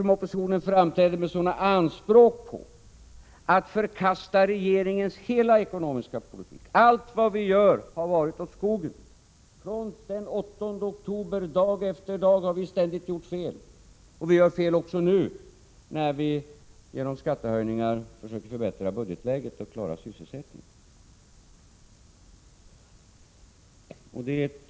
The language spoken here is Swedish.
Oppositionen förkastar regeringens hela ekonomiska politik. Allt vad vi gör har varit åt skogen. Från den 8 oktober har vi dag efter dag gjort fel, och vi gör fel också nu, när vi genom skattehöjningar försöker förbättra budgetläget och klara sysselsättningen.